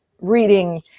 reading